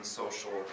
social